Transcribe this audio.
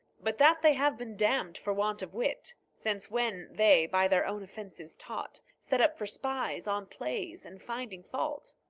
but that they have been damned for want of wit. since when, they, by their own offences taught, set up for spies on plays, and finding fault.